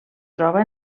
troba